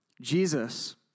Jesus